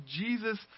Jesus